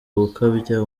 gukabya